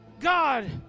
God